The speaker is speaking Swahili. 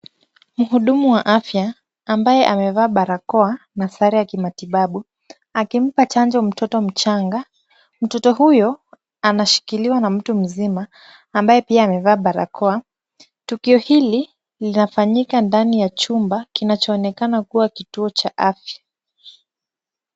Mhudumu wa afya ambaye amevaa barakoa na sare ya kimatibabu akimpa chanjo mtoto mchanga. Mtoto huyo anashikiliwa na mtu mzima ambaye pia amevaa barakoa. Tukio hili linafanyika ndani ya chumba kinachoonekana kuwa kituo cha afya.